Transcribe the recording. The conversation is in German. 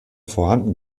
vorhanden